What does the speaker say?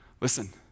Listen